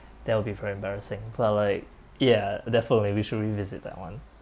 that would be very embarrassing but like ya definitely we should revisit that one